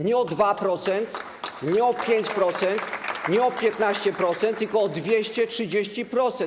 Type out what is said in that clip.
Nie o 2%, nie o 5%, nie o 15%, tylko o 230%.